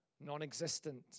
non-existent